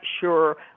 sure